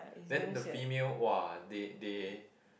then the female !wah! they they